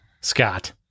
Scott